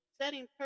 setting